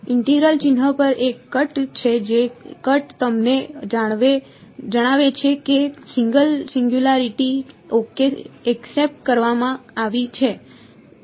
integral ચિહ્ન પર એક કટ છે જે કટ તમને જણાવે છે કે સિંગલ સિન્ગુલારિટી ઓકે એસ્કેપ કરવામાં આવી છે